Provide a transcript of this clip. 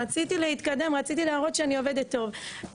רציתי להתקדם רציתי להראות שאני עובדת טוב,